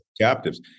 captives